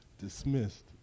dismissed